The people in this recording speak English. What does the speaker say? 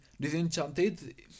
disenchanted